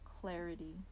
clarity